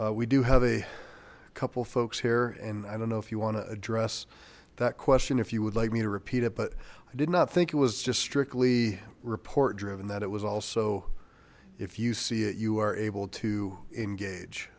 we do have a couple folks here and i don't know if you want to address that question if you would like me to repeat it but i did not think it was just strictly report driven that it was also if you see it you are able to engage